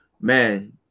man